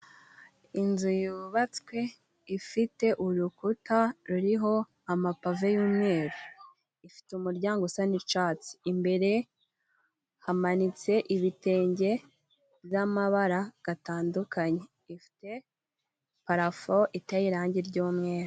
Inzu yubatswe ifite urukuta ruriho amapave y'umweru. Ifite umuryango usa n'icatsi. Imbere hamanitse ibitenge by'amabara gatandukanye, ifite parafo iteye irangi ry'umweru.